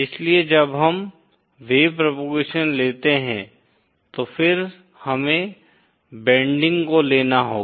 इसलिए जब हम वेव प्रोपोगेशन लेते है तो फिर हमें बेन्डिंग को लेना होगा